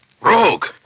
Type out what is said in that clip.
Rogue